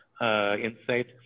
insight